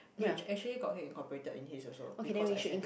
which actually got head and corporated in his also because I send to him